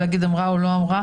ולהגיד: אמרה או לא אמרה.